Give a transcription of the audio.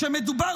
כשמדובר